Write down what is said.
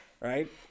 right